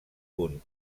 punt